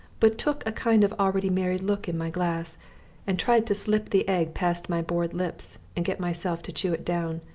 but took a kind of already married look in my glass and tried to slip the egg past my bored lips and get myself to chew it down.